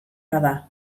bada